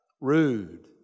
Rude